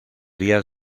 días